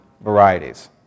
varieties